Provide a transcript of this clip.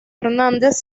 hernández